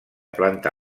planta